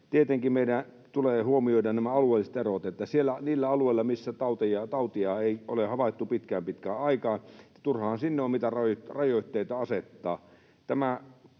tietenkin huomioida nämä alueelliset erot. Turhahan niille alueille, missä tautia ei ole havaittu pitkään, pitkään aikaan, on mitään rajoitteita asettaa.